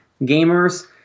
gamers